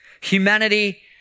Humanity